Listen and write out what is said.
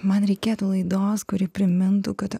man reikėtų laidos kuri primintų kad